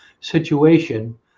situation